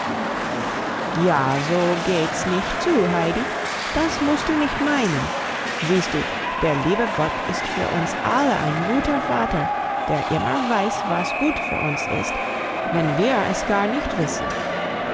ja so geht's nicht zu heidi das musst du nicht meinen siehst du der liebe gott ist für uns alle ein guter vater der immer weiß was gut für uns ist wenn wir es gar nicht wissen